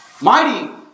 Mighty